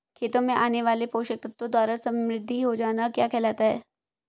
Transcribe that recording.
खेतों में आने वाले पोषक तत्वों द्वारा समृद्धि हो जाना क्या कहलाता है?